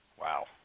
Wow